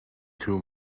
too